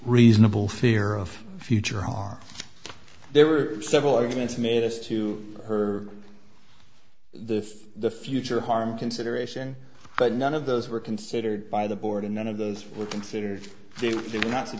reasonable fear of the future are there were several arguments made us to her the the future harm consideration but none of those were considered by the board and none of those were considered